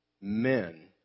men